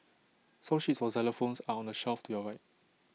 song sheets for xylophones are on the shelf to your right